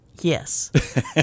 Yes